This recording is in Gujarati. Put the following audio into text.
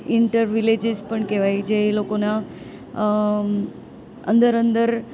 ઇન્ટર વિલેજીસ પણ કહેવાય જે એ લોકોના અંદર અંદર